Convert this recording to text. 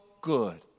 good